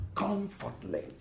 comfortless